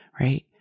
right